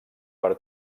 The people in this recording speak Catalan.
per